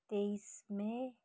तेइस मई